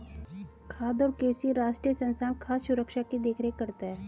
खाद्य और कृषि राष्ट्रीय संस्थान खाद्य सुरक्षा की देख रेख करता है